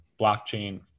blockchain